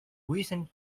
recent